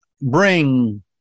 bring